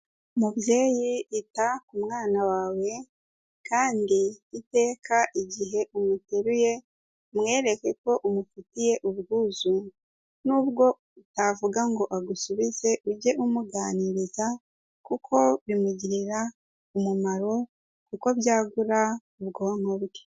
Mubyeyi ita ku mwana wawe kandi iteka igihe umuteruye, umwereke ko umufitiye ubwuzu n'ubwo utavuga ngo agusubize ujye umuganiriza kuko bimugirira umumaro kuko byagura ubwonko bwe.